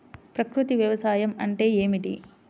ప్రకృతి వ్యవసాయం అంటే ఏమిటి?